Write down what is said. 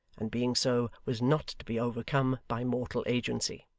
and being so was not to be overcome by mortal agency.